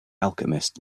alchemist